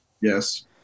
Yes